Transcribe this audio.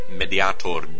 mediator